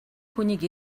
хүнийг